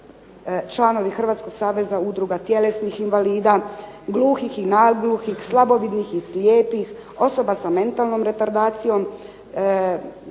članovi Hrvatskog saveza udruga tjelesnih invalida, gluhih i nagluhih, slabovidnih i slijepih, osoba sa mentalnom retardacijom,